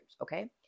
okay